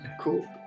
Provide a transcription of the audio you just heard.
Cool